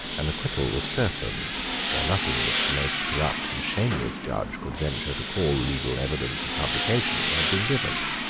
an acquittal was certain for nothing which the most corrupt and shameless judge could venture to call legal evidence of publication had been given.